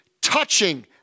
touching